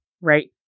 right